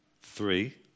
three